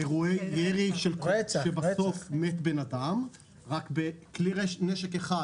אירועי ירי שבסוף מת בן אדם רק מכלי נשק אחד.